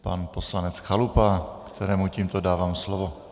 Pan poslanec Chalupa, kterému tímto dávám slovo.